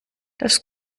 das